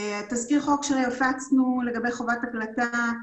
תזכיר חוק שהפצנו לגבי חובת הקלטה,